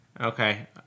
Okay